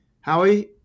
Howie